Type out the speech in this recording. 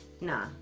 Nah